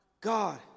God